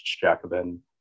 Jacobin